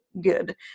good